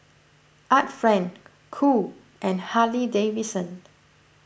Art Friend Cool and Harley Davidson